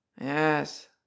yes